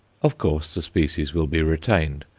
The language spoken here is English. of course the species will be retained,